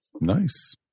Nice